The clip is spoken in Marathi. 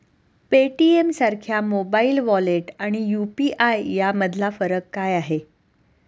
पेटीएमसारख्या मोबाइल वॉलेट आणि यु.पी.आय यामधला फरक काय आहे?